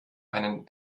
einen